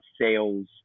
sales